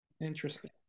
Interesting